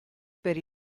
per